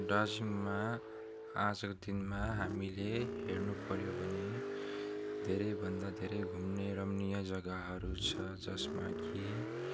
दार्जिलिङमा आजको दिनमा हामीले हेर्नु पऱ्यो भने धेरैभन्दा धेरै घुम्ने रमणीय जग्गाहरू छ जसमा कि